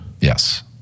Yes